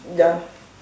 ya